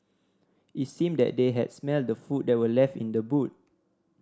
it seemed that they had smelt the food that were left in the boot